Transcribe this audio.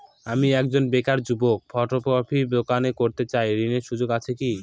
আমি একজন বেকার যুবক ফটোকপির দোকান করতে চাই ঋণের সুযোগ আছে কি?